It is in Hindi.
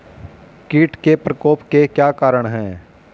कीट के प्रकोप के क्या कारण हैं?